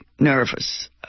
nervous